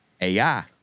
AI